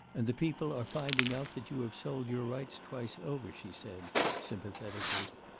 and the people are finding out that you have sold your rights twice over, she said sympathetically.